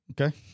Okay